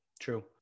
True